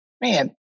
man